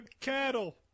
cattle